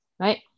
Right